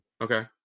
Okay